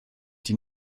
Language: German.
die